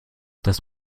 das